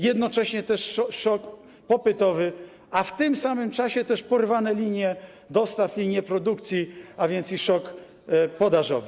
Jednocześnie też to szok popytowy, a w tym samym czasie też porwane linie dostaw, linie produkcji, a więc i szok podażowy.